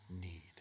need